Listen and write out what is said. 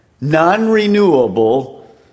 non-renewable